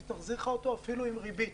היא תחזיר לך אותו אפילו עם ריבית.